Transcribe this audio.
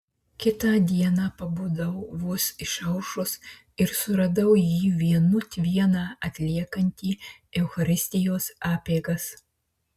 kitą dieną pabudau vos išaušus ir suradau jį vienut vieną atliekantį eucharistijos apeigas